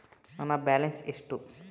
ನನ್ನ ಬ್ಯಾಲೆನ್ಸ್ ಎಷ್ಟು?